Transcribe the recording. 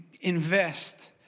invest